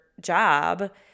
job